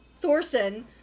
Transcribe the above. Thorson